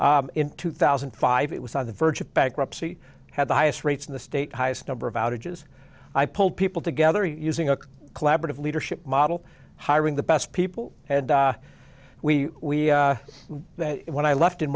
in two thousand and five it was on the verge of bankruptcy had the highest rates in the state highest number of outages i pulled people together using a collaborative leadership model hiring the best people and we know that when i left in